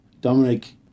Dominic